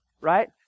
right